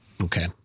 Okay